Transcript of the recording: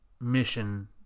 mission